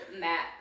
Matt